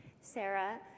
Sarah